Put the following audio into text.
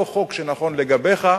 אותו חוק שנכון לגביך,